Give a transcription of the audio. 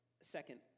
second